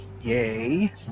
yay